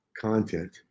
content